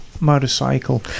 motorcycle